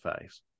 face